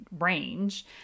range